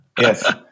Yes